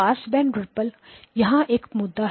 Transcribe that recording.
पास band ripple यहां एक मुद्दा है